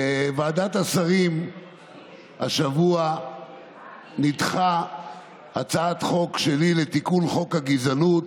בוועדת השרים השבוע נדחתה הצעת חוק שלי לתיקון חוק הגזענות,